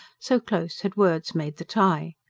so close had words made the tie.